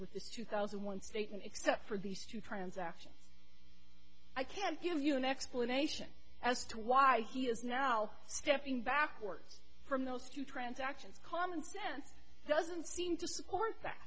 the two thousand and one statement except for these two transactions i can't give you an explanation as to why he is now stepping backwards from those two transactions common sense doesn't seem to